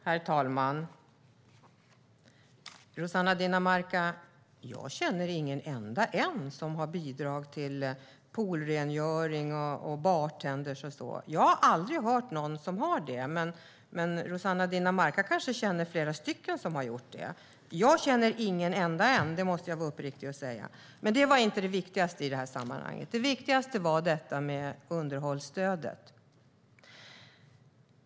Herr talman! Jag känner inte en enda som får bidrag för poolrengöring, bartendrar och så, Rossana Dinamarca. Jag har aldrig hört att någon har det, men Rossana Dinamarca känner kanske flera stycken. Jag känner inte en enda - det måste jag uppriktigt säga. Men det var inte det viktigaste i sammanhanget. Det viktigaste är underhållsstödet.